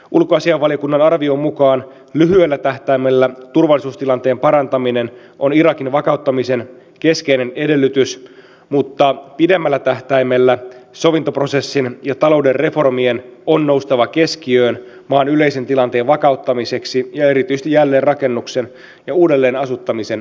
ulkoasiainvaliokunnan arvion mukaan lyhyellä tähtäimellä turvallisuustilanteen parantaminen on irakin vakauttamisen keskeinen edellytys mutta pidemmällä tähtäimellä sovintoprosessin ja talouden reformien on noustava keskiöön maan yleisen tilanteen vakauttamiseksi ja erityisesti jälleenrakennuksen ja uudelleen asuttamisen mahdollistamiseksi